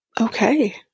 Okay